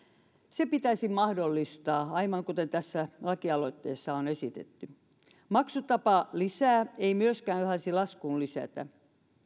se pitäisi mahdollistaa aivan kuten tässä lakialoitteessa on esitetty maksutapalisää ei myöskään saisi laskuun lisätä